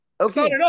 Okay